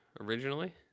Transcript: originally